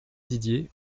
didier